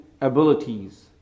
abilities